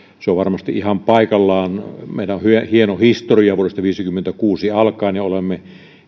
se on varmasti ihan paikallaan meillä on hieno historia vuodesta viisikymmentäkuusi alkaen ja olemme